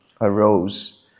arose